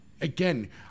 Again